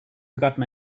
forgotten